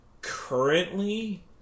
Currently